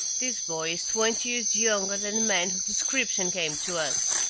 this boy is twenty years younger than the man whose description came to us.